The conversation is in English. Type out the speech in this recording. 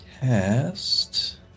cast